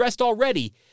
already